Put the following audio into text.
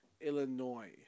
Illinois